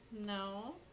No